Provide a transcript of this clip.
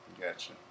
Gotcha